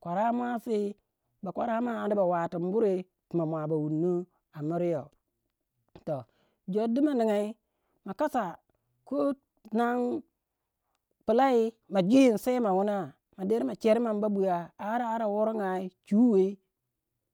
kwaramuasi bakwarama anda ba watin buri puna mua ba wunno amiryou toh, jor du ma ningai ma kasa ko tinan pilai ma jwin sei ma wuna ma der ma chermin babuya ara ara worongai chuwei.